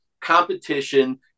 competition